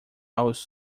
aos